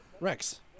Rex